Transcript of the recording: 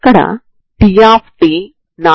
ఇక్కడ t∂ξ∂t∂tx ct c మరియు t∂t∂txct అవుతుంది